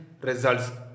results